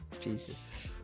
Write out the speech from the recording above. Jesus